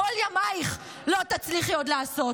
כל ימייך לא תצליחי עוד לעשות.